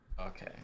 Okay